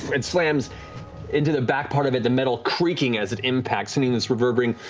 it slams into the back part of it, the metal creaking as it impacts, hitting this reverberating